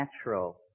natural